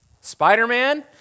Spider-Man